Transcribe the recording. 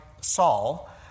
Saul